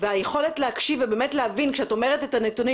והיכולת להקשיב ובאמת להבין את הנתונים